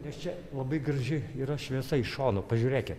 nes čia labai graži yra šviesa iš šono pažiūrėkit